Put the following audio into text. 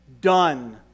Done